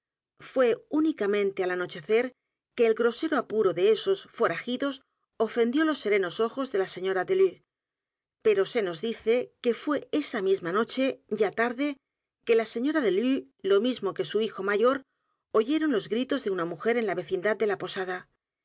é únicamente al anochecer que el grosero apuro de esos foragidos ofendió los serenos ojos d e la señora delue p e r o se nos dice que fué esa misma noche ya tarde que la señora delue lo mismo que su hijo mayor oyeron los gritos de una mujer en la vecindad de la p